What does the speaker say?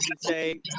say